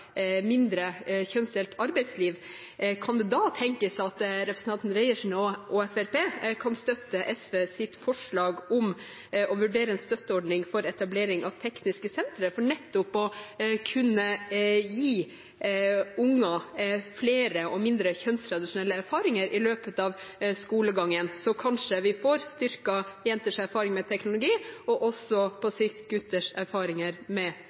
mindre kjønnsdelt arbeidsliv, kan det da tenkes at representanten Reiertsen og Fremskrittspartiet kan støtte SVs forslag om å vurdere en støtteordning for etablering av tekniske sentre, for nettopp å kunne gi unger flere og mindre kjønnstradisjonelle erfaringer i løpet av skolegangen – så får vi kanskje styrket jenters erfaringer med teknologi og også på sikt gutters erfaringer med